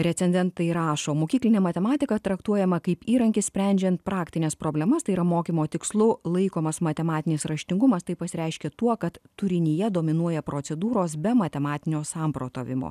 recenzentai rašo mokyklinė matematika traktuojama kaip įrankis sprendžiant praktines problemas tai yra mokymo tikslu laikomas matematinis raštingumas tai pasireiškia tuo kad turinyje dominuoja procedūros be matematinio samprotavimo